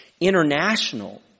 international